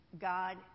God